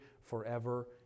forever